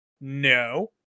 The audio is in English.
No